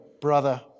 brother